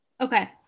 Okay